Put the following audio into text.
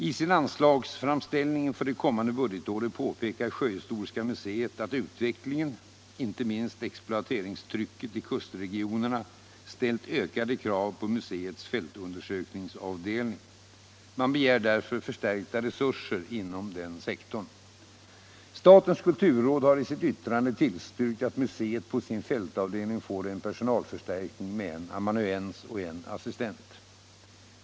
I sin anslagsframställning inför det kommande budgetåret påpekar sjöhistoriska museet att utvecklingen — inte minst exploateringstrycket i kustregionerna — ställt ökade krav på museets fältundersökningsavdelning. Man begär därför förstärkta resurser inom denna sektor. Statens kulturråd har i sitt yttrande tillstyrkt att museet på sin fältavdelning får en personalförstärkning med en amanuens och en assistent.